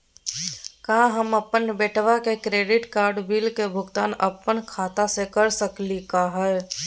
का हम अपन बेटवा के क्रेडिट कार्ड बिल के भुगतान अपन खाता स कर सकली का हे?